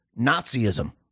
nazism